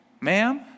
ma'am